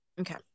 okay